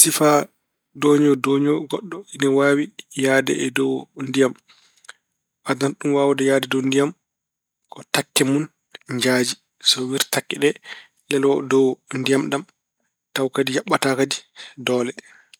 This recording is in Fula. Sifaa dooño dooño goɗɗo ine waawi yahde e dow ndiyam. Addanta ɗum waawde yahde dow ndiyam ko takke mun njaaji. So werti takke ɗe, leloo dow ndiyam ɗam tawa kadi yaɓataa kadi doole.